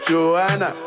Joanna